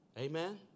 Amen